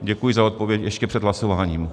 Děkuji za odpověď ještě před hlasováním.